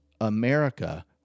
America